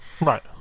Right